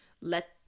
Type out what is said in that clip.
let